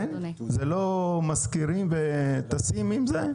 זה לא משכירים וטסים עם זה?